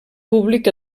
públic